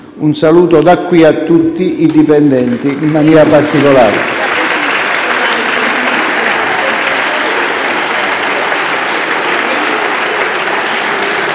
un saluto a tutti i dipendenti in maniera particolare.